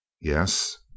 Yes